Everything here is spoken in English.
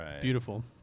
beautiful